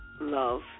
love